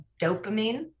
dopamine